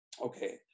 okay